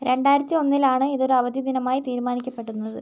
രണ്ടായിരത്തി ഒന്നിലാണ് ഇതൊരു അവധി ദിനമായി തീരുമാനിക്കപ്പെടുന്നത്